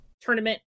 tournament